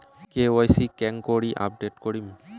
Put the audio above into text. KYC কেঙ্গকরি update করিম?